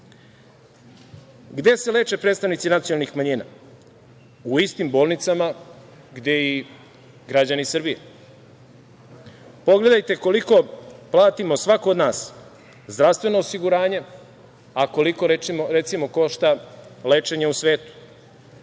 Gde se leče predstavnici nacionalnih manjina? U istim bolnicama gde i građani Srbije. Pogledajte koliko platimo, svako od nas, zdravstveno osiguranje, a koliko, recimo, košta lečenje u svetu,